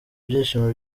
byishimo